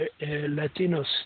Latinos